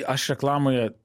aš reklamoje